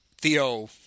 Theo